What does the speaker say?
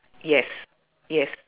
yes yes